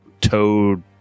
toad